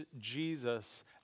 Jesus